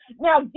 now